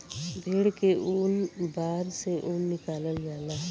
भेड़ के बार से ऊन निकालल जाला